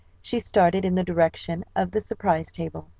she started in the direction of the surprise table.